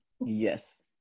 Yes